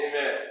Amen